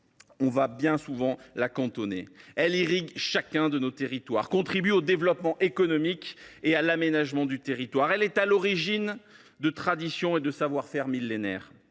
bien souvent. L’agriculture irrigue chacun de nos territoires, contribue au développement économique et à l’aménagement du territoire. Elle est à l’origine de traditions et de savoir faire millénaires.